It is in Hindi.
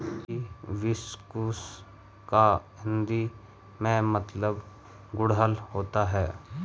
हिबिस्कुस का हिंदी में मतलब गुड़हल होता है